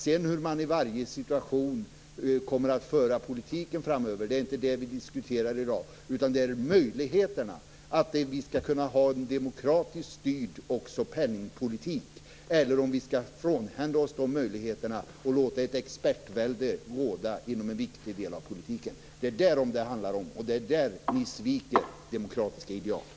Hur man sedan i varje situation kommer att föra politiken framöver är inte det vi diskuterar i dag, utan det handlar om möjligheterna att ha en demokratiskt styrd penningpolitik eller om vi skall frånhända oss dessa möjligheter och låta ett expertvälde råda inom en viktig del av politiken. Det är därom det handlar, och det är där ni sviker demokratiska ideal.